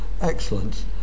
Excellence